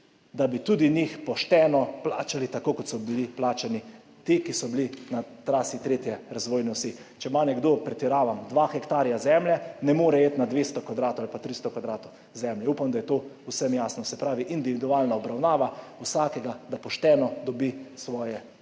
da bi tudi njih pošteno plačali, tako kot so bili plačani ti, ki so bili na trasi 3. razvojne osi. Če ima nekdo, pretiravam, 2 hektarja zemlje, ne more iti na 200 kvadratov ali pa 300 kvadratov zemlje. Upam, da je to vsem jasno. Se pravi, individualna obravnava vsakega, da pošteno dobi svoje